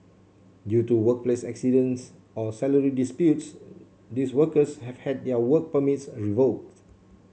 due to workplace accidents or salary disputes these workers have had their work permits revoked